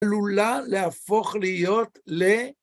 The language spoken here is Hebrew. עלולה להפוך להיות ל...